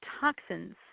toxins